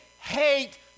hate